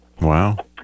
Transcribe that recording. Wow